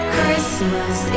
Christmas